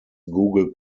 google